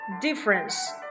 Difference